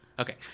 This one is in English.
Okay